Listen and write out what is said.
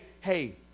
hey